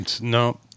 No